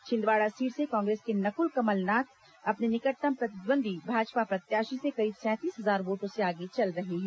Chhindwara seat से कांग्रेस के नकुल कमलनाथ अपने निकटतम प्रतिद्वंदी भाजपा प्रत्याशी से करीब सैंतीस हजार वोटों से आगे चल रहे हैं